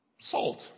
salt